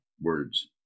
words